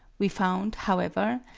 we found, however,